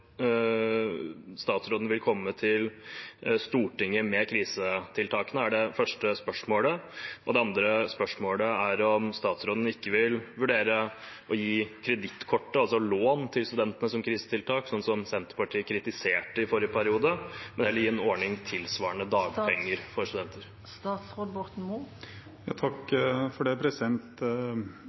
vil statsråden komme til Stortinget med krisetiltakene? Det andre spørsmålet er: Vil statsråden vurdere ikke å gi kredittkort, altså lån, til studentene som krisetiltak – som Senterpartiet kritiserte i forrige periode – men heller gi en ordning tilsvarende dagpenger for studenter?